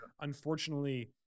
unfortunately